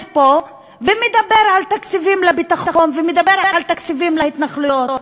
פה ומדבר על תקציבים לביטחון ומדבר על תקציבים להתנחלויות?